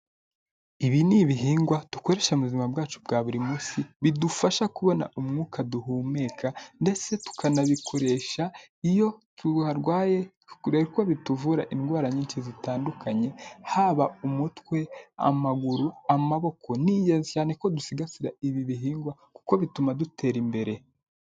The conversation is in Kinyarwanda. Ibi ni ibihingwa dukoresha mu buzima bwacu bwa buri munsi bidufasha kubona umwuka duhumeka ndetse tukanabikoresha iyo twarwaye kureba ko bituvura indwara nyinshi zitandukanye haba; umutwe, amaguru, amaboko. Ni ingenzi cyane ko dusigasira ibi bihingwa kuko bituma dutera imbere.